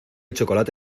chocolate